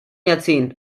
jahrzehnt